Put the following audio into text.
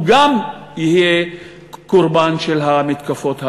גם הוא יהיה קורבן של המתקפות האלה.